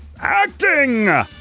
Acting